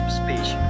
speech